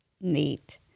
Neat